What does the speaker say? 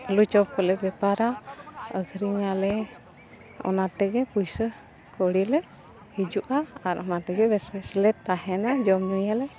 ᱟᱹᱞᱩ ᱪᱚᱯ ᱠᱚᱞᱮ ᱵᱮᱯᱟᱨᱟ ᱟᱹᱠᱷᱨᱤᱧᱟᱞᱮ ᱚᱱᱟ ᱛᱮᱜᱮ ᱯᱚᱭᱥᱟ ᱠᱟᱣᱰᱤ ᱞᱮ ᱦᱤᱡᱩᱜᱼᱟ ᱟᱨ ᱚᱱᱟ ᱛᱮᱜᱮ ᱵᱮᱥ ᱵᱮᱥ ᱞᱮ ᱛᱟᱦᱮᱱᱟ ᱡᱚᱢ ᱧᱩᱭᱟᱞᱮ